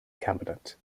cabinet